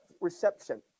reception